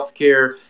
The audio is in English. healthcare